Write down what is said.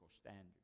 standards